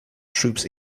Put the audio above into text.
troops